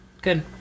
Good